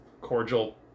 cordial